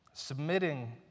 submitting